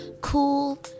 cool